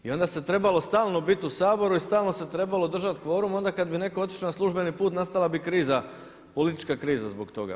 I onda se trebalo stalno biti u Saboru i stalno se trebalo držati kvorum, onda kad bi neko otišao na službeni put nastala bi kriza politička kriza zbog toga.